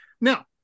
Now